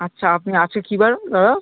আচ্ছা আপনি আজকে কী বার দাদা